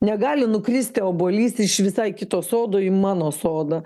negali nukristi obuolys iš visai kito sodo į mano sodą